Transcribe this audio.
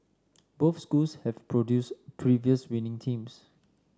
both schools have produced previous winning teams